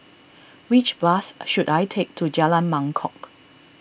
which bus should I take to Jalan Mangkok